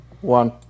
one